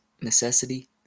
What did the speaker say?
necessity